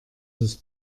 das